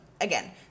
Again